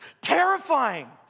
terrifying